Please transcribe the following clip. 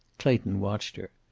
clayton watched her.